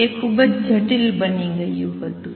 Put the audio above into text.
તે ખૂબ જટિલ બની ગયું હતું